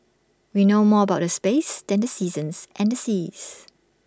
we know more about the space than the seasons and the seas